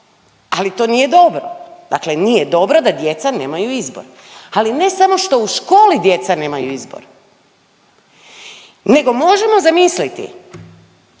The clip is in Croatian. ali to nije dobro. Dakle nije dobro da djeca nemaju izbor. Ali ne samo što u školi djeca nemaju izbor nego možemo zamisliti